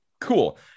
Cool